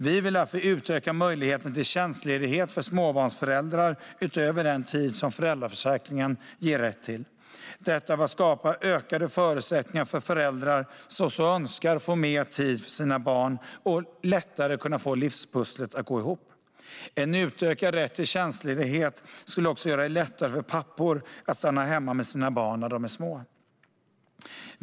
Vi vill därför utöka möjligheten till tjänstledighet för småbarnsföräldrar utöver den tid som föräldraförsäkringen ger rätt till - detta för att skapa ökade förutsättningar för föräldrar som så önskar att få mer tid för sina barn och lättare få livspusslet att gå ihop. En utökad rätt till tjänstledighet skulle också göra det lättare för pappor att stanna hemma med sina barn när de är små.